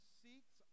seeks